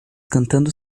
cantando